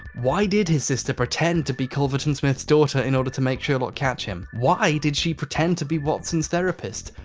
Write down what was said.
why did his sister pretend to be culverton smith's daughter in order to make sherlock catch him? why did she pretend to be watson's therapist?